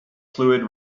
fluid